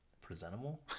presentable